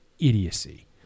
Idiocy